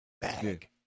bag